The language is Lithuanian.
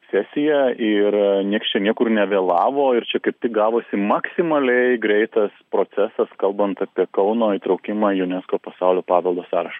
sesija ir nieks čia niekur nevėlavo ir čia kaip tik gavosi maksimaliai greitas procesas kalbant apie kauno įtraukimą į junesko pasaulio paveldo sąrašą